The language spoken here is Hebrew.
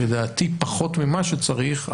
לדעתי פחות ממה שצריך,